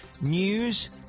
news